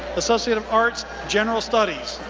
associate of arts, general studies